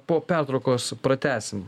po pertraukos pratęsim